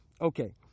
Okay